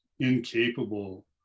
incapable